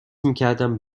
میکردم